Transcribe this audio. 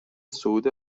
صعود